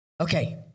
Okay